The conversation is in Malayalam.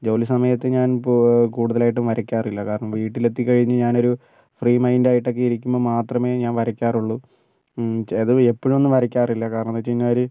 ജോലിസമയത്ത് ഞാൻ ഇപ്പോൾ കൂടുതലായിട്ടും വരക്കാറില്ല കാരണം വീട്ടിലെത്തിക്കഴിഞ്ഞ് ഞാനൊരു ഫ്രീ മൈൻഡായിട്ടൊക്കെ ഇരിക്കുമ്പോൾ മാത്രമേ ഞാൻ വരക്കാറുള്ളൂ അതും എപ്പൊഴൊന്നും വരക്കാറില്ല കാരണം എന്താന്ന് വെച്ചു കഴിഞ്ഞാൽ